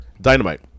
Dynamite